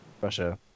Russia